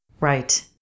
Right